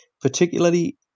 particularly